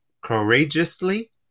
courageously